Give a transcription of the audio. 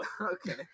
Okay